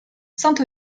sainte